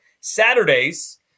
Saturdays